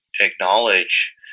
acknowledge